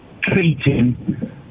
treating